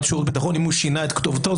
לשירות ביטחון אם הוא שינה את כתובתו.